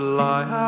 lie